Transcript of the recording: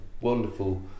wonderful